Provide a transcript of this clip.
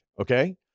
okay